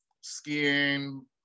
skiing